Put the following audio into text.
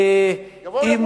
יבואו,